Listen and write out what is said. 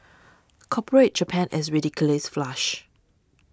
corporate Japan is ridiculously flush